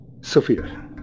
Sophia